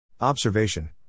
Observation